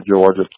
Georgia